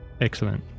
Excellent